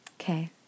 Okay